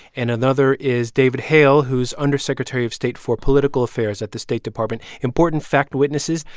and another is david hale, who's undersecretary of state for political affairs at the state department important fact witnesses,